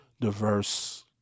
diverse